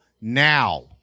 now